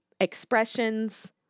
expressions